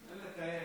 אין לתאר.